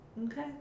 Okay